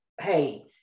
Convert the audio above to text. hey